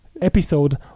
episode